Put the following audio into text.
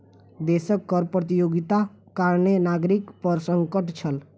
देशक कर प्रतियोगिताक कारणें नागरिक पर संकट छल